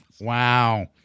Wow